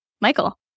Michael